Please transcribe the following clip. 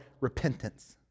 repentance